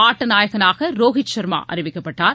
ஆட்டநாயகனாக ரோகித் சர்மா அறிவிக்கப்பட்டார்